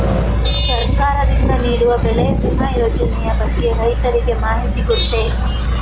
ಸರ್ಕಾರದಿಂದ ನೀಡುವ ಬೆಳೆ ವಿಮಾ ಯೋಜನೆಯ ಬಗ್ಗೆ ರೈತರಿಗೆ ಮಾಹಿತಿ ಗೊತ್ತೇ?